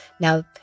Now